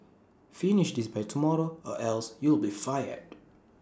finished this by tomorrow or else you'll be fired